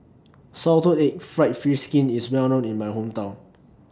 Salted Egg Fried Fish Skin IS Well known in My Hometown